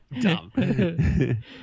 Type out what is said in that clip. Dumb